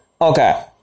okay